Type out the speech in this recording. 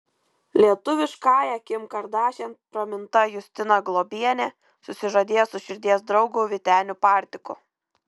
lietuviškąja kim kardašian praminta justina globienė susižadėjo su širdies draugu vyteniu partiku